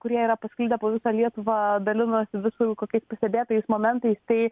kurie yra pasklidę po visą lietuvą dalinosi visų kokias pastebėtais momentais tai